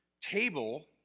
table